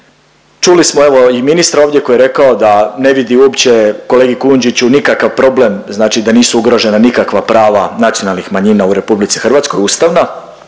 čuli smo evo i ministra ovdje koji je rekao da ne vidi uopće, kolegi Kujundžiću, nikakav problem, da znači da nisu ugrožena nikakva prava nacionalnih manjina u RH, ustavna,